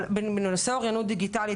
אבל בנושא אוריינות דיגיטלית,